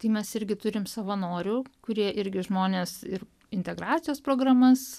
tai mes irgi turim savanorių kurie irgi žmonės ir integracijos programas